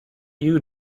you